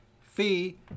Fee